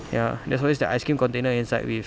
ya there's always that ice cream container inside with